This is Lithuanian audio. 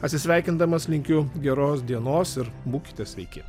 atsisveikindamas linkiu geros dienos ir būkite sveiki